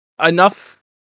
Enough